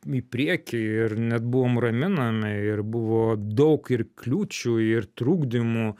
į priekį ir net buvom raminami ir buvo daug ir kliūčių ir trukdymų